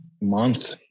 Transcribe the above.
month